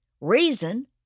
reason